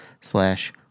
slash